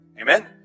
Amen